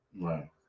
Right